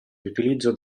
riutilizzo